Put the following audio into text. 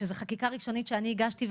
שזה חקיקה ראשונית שאני הגשתי,